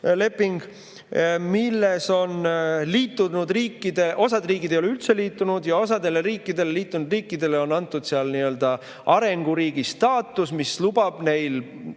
millega on liitunud riike. Osa riike ei ole üldse liitunud ja osale liitunud riikidele on antud nii-öelda arenguriigi staatus, mis lubab neil